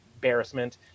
embarrassment